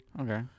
Okay